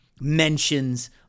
mentions